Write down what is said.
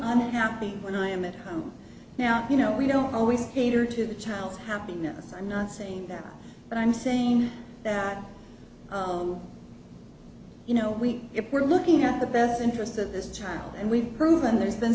i'm happy when i am at home now you know we don't always peter to the child's happiness i'm not saying that but i'm saying that you know we were looking at the best interest of this child and we've proven there's been